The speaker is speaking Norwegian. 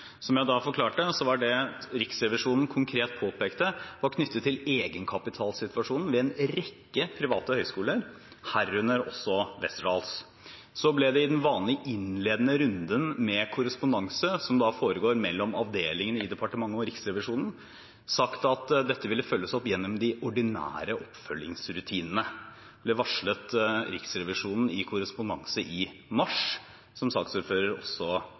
Som jeg da forklarte, var det Riksrevisjonen konkret påpekte, knyttet til egenkapitalsituasjonen ved en rekke private høyskoler, herunder også Westerdals. Så ble det i den vanlige innledende runden med korrespondanse, som da foregår mellom avdelingene i departementet og Riksrevisjonen, sagt at dette ville følges opp gjennom de ordinære oppfølgingsrutinene. Det varslet Riksrevisjonen i korrespondanse i mars, som saksordføreren også